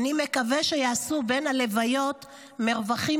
/ אני מקווה / שיעשו בין ההלוויות / מרווחים